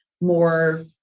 more